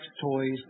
toys